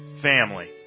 family